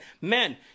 Men